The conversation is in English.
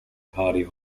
party